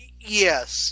yes